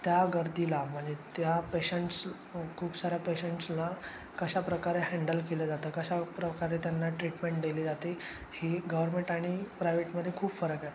त्या गर्दीला म्हणजे त्या पेशंट्स खूप साऱ्या पेशंट्सला कशाप्रकारे हँडल केलं जातं कशा प्रकारे त्यांना ट्रीटमेंट दिली जाते ही गव्हर्मेंट आणि प्रायवेटमध्ये खूप फरक आहे